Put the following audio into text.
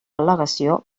al·legació